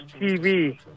TV